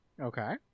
Okay